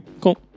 cool